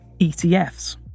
ETFs